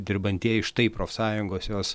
dirbantieji štai profsąjungos jos